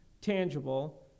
tangible